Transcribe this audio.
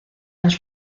las